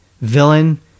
villain